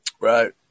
Right